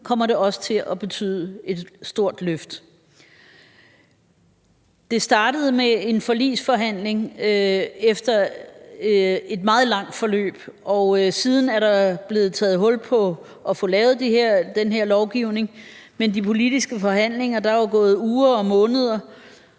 kommer det også til at betyde et stort løft. Det startede med en forligsforhandling efter et meget langt forløb, og siden er der blevet taget hul på at få lavet den her lovgivning, men de politiske forhandlinger har jo taget uger og måneder